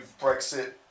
Brexit